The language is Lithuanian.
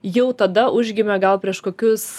jau tada užgimė gal prieš kokius